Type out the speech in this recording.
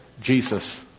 Jesus